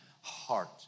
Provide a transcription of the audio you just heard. heart